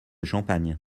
champagne